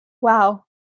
wow